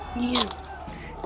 Yes